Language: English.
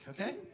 okay